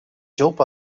job